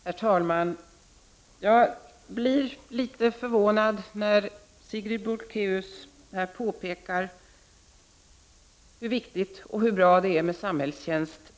Herr talman! Jag blir litet förvånad när Sigrid Bolkéus här påpekar hur viktigt och bra det är med samhällstjänst.